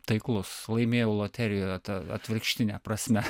taiklus laimėjau loterijoje ta atvirkštine prasme